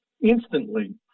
instantly